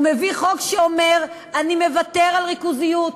הוא מביא חוק שאומר: אני מוותר על ריכוזיות,